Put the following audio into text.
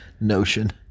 notion